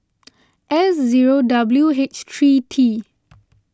S zero W H three T